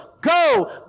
go